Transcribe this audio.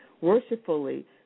worshipfully